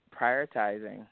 prioritizing